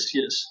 yes